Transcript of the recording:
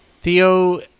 Theo